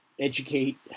educate